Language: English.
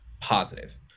positive